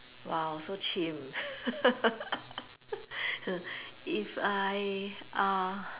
!wow! so chim if I uh